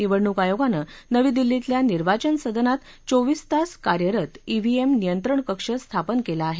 निवडणूक आयोगानं नवी दिल्लीतल्या निर्वाचन सदनात चोवीस तास कार्यरत ईव्हीएम नियंत्रण कक्ष स्थापन केला आहे